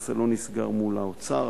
הנושא לא נסגר מול האוצר,